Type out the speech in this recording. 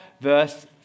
verse